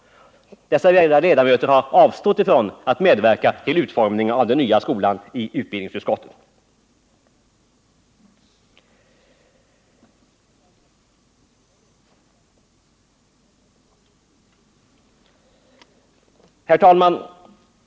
Dessa båda ledamöter har avstått från att i utbildningsutskottet medverka till utformningen av den nya skolan. Herr talman!